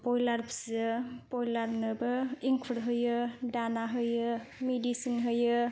ओमफ्राय ब्रयलार फिसियो ब्रयलारनोबो एंखुर होयो दाना होयो मेडिसिन होयो